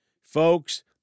Folks